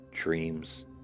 Dreams